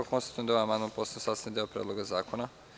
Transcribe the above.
Konstatujem da je ovaj amandman postao sastavni deo Predloga zakona.